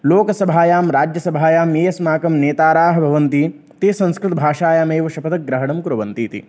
लोकसभायां राज्यसभायां ये अस्माकं नेतारः भवन्ति ते संस्कृतभाषायामेव शपथग्रहणं कुर्वन्ति इति